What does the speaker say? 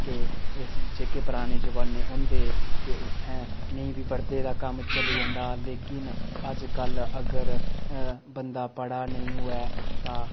ते जेह्के पराने जमानै होंदे के उत्थें नेईं बी पढ़दे कम्म चली जंदा हा लेकिन अज्जकल अगर बंदा पढ़ा दा नेईं होऐ तां